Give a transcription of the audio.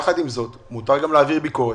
יחד עם זאת מותר גם להעביר ביקורת.